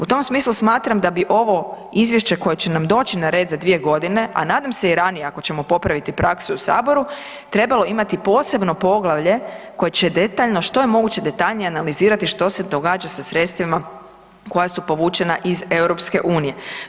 U tom smislu smatram da bi ovo izvješće koje će nam doći na red za 2 g., a nadam se i ranije ako ćemo popraviti praksu u Saboru, trebalo imati posebno poglavlje koje će detaljno, što je moguće detaljnije analizirati što se događa sa sredstvima koja su povučena iz EU-a.